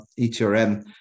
ETRM